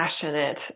passionate